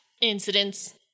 incidents